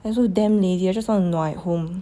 I also damn lazy I just want to nua at home